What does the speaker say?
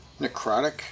necrotic